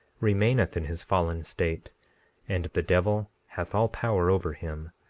remaineth in his fallen state and the devil hath all power over him.